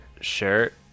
shirt